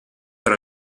per